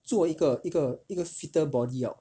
做一个一个一个 fitter body orh